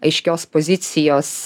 aiškios pozicijos